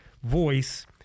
voice